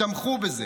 תמכו בזה,